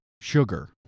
sugar